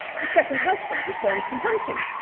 the second husband returns from hunting.